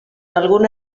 alguna